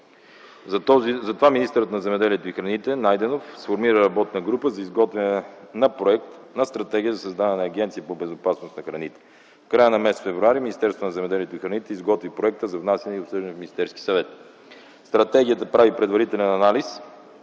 Затова министърът на земеделието и храните Найденов сформира работна група за изготвяне на проект, на стратегия за създаване на Агенция по безопасност на храните. В края на м. февруари Министерството на земеделието и храните изготви проекта за внасяне и обсъждане в Министерския съвет. Стратегията прави предварителен анализ